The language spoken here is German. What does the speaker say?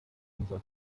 unser